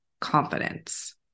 confidence